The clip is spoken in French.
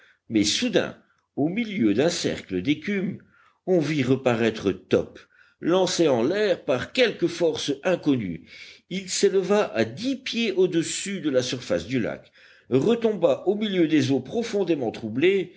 mais soudain au milieu d'un cercle d'écume on vit reparaître top lancé en l'air par quelque force inconnue il s'éleva à dix pieds au-dessus de la surface du lac retomba au milieu des eaux profondément troublées